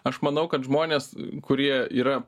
aš manau kad žmonės kurie yra